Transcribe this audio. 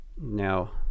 Now